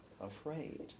afraid